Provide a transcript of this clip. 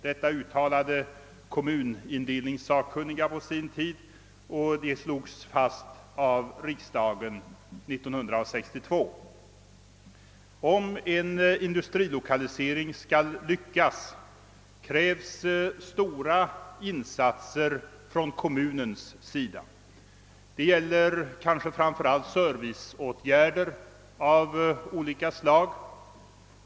Detta uttalade kommunindelningssakkunniga på sin tid, och det slogs även fast av riksdagen 1962. Om en industrilokalisering skall lyckas krävs det stora insatser från kommunens sida. Detta gäller kanske framför alli serviceåtgärder av olika slag.